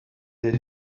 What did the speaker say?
that